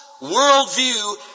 worldview